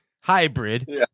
hybrid